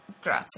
grazie